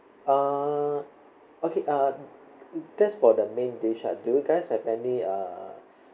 uh okay uh that's for the main dish ah do you guys have any uh